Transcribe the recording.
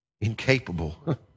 incapable